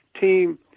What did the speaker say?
team